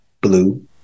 blue